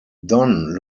don